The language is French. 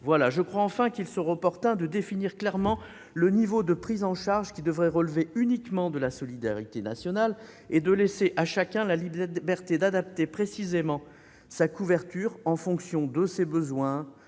part, je crois qu'il serait opportun de définir clairement le niveau de prise en charge relevant uniquement de la solidarité nationale et de laisser à chacun la liberté d'adapter précisément sa couverture en fonction de ses besoins